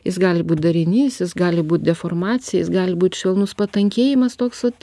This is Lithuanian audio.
jis gali būt darinys jis gali būt deformacija jis gali būti švelnus patankėjimas toks vat